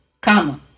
comma